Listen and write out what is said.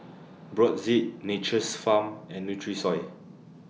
Brotzeit Nature's Farm and Nutrisoy